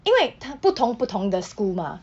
因为他不同不同的 school mah